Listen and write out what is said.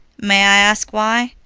may i ask why?